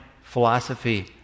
philosophy